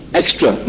extra